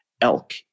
elk